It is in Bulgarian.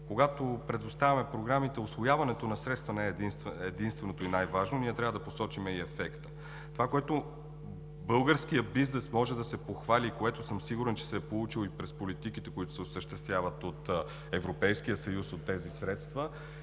когато предоставяме програмите, усвояването на средства не е единственото и най-важното, ние трябва да посочим и ефекта. Това, с което българският бизнес може да се похвали и за което съм сигурен, че се е получило и през политиките, които се осъществяват от Европейския съюз от тези средства,